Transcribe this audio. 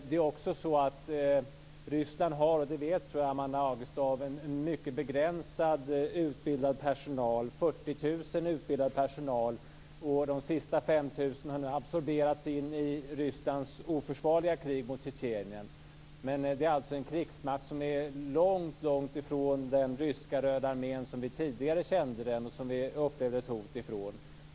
Det är också så att Ryssland - det tror jag att Amanda Agestav vet - har en mycket begränsad utbildad personal, 40 000 utbildade anställda, och de sista 5 000 har nu absorberats in i Rysslands oförsvarliga krig mot Tjetjenien. Men detta är alltså en krigsmakt som är mycket långt ifrån den ryska Röda armén som vi tidigare kände den och som vi upplevde ett hot ifrån.